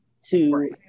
to-